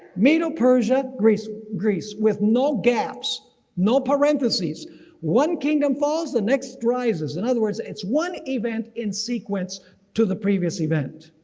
medo persia, persia, greece, greece with no gaps no parentheses one kingdom falls the next rises in other words it's one event in sequence to the previous event.